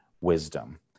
wisdom